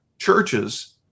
churches